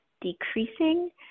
decreasing